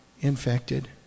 infected